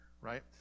right